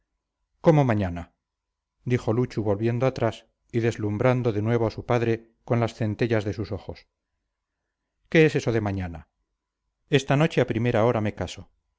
cómo mañana dijo luchu volviendo atrás y deslumbrando de nuevo a su padre con las centellas de sus ojos qué es eso de mañana esta noche a primera hora me caso